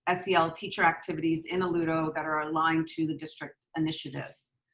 ah sel teacher activities in alludo that are aligned to the district initiatives.